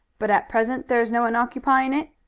but at present there is no one occupying it?